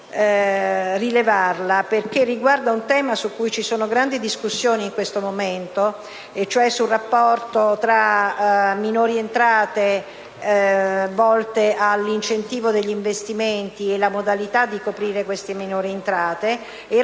utile rilevarla perché riguarda un tema su cui vi sono grandi discussioni in questo momento. Mi riferisco al rapporto tra minori entrate volte all'incentivo degli investimenti e la modalità per coprire tali minori entrate e poi